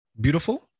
beautiful